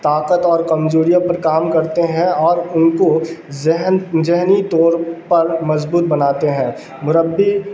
طاقت اور کمزوریوں پر کام کرتے ہیں اور ان کو ذہن ذہنی طور پر مضبوط بناتے ہیں مربی